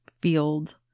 field